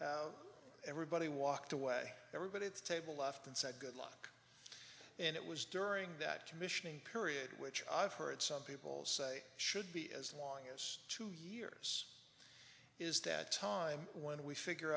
g everybody walked away everybody it's table left and said good luck and it was during that commissioning period which i've heard some people say should be as long as two years is that time when we figure